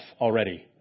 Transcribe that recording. already